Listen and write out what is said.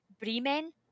Bremen